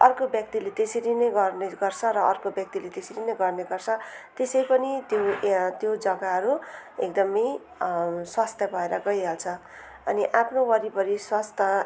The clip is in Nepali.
अर्को व्यक्तिले त्यसरी नै गर्ने गर्छ र अर्को व्यक्तिले त्यसरी नै गर्ने गर्छ त्यसै पनि त्यो त्यो जग्गाहरू एकदमै स्वस्थ भएर गइहाल्छ अनि आफ्नो वरिपरि स्वास्थ्य